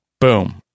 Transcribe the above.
Boom